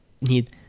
need